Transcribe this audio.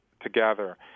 together